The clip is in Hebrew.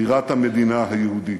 בירת המדינה היהודית.